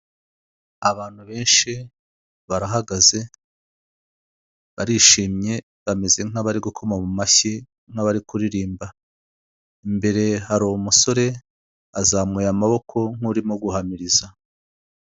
Abantu benshi barahagaze barishimye bameze nk'abari gukoma mu mashyi nk'abari kuririmba, imbere hari umusore azamuye amaboko nk'urimo guhamiriza.